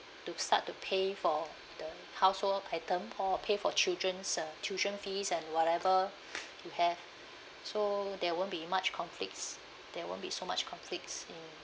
to start to pay for the household items or pay for children's uh tuition fees and whatever you have so there won't be much conflicts there won't be so much conflicts in